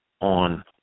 on